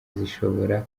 zishobora